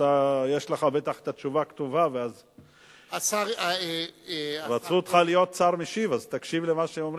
הדוח הזה, רצינו להיות חברים מלאים